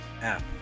app